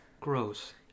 Gross